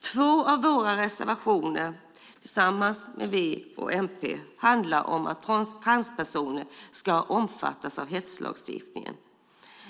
Två av våra reservationer tillsammans med V och MP handlar om att transpersoner ska omfattas av hetslagstiftningen.